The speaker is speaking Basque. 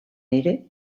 ere